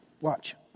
Watch